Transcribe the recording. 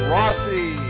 Rossi